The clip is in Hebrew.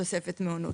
תוספת מעונות,